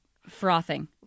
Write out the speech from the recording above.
frothing